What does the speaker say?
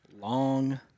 long